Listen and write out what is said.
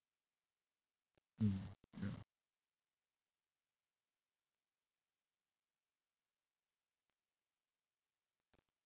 mm ya